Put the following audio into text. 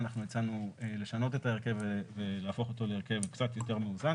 הצענו לשנות את ההרכב ולהפוך אותו להרכב יותר מאוזן.